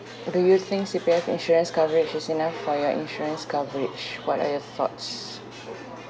do you think C_P_F insurance coverage is enough for your insurance coverage what are your thoughts